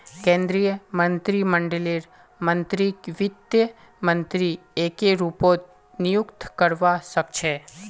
केन्द्रीय मन्त्रीमंडललेर मन्त्रीकक वित्त मन्त्री एके रूपत नियुक्त करवा सके छै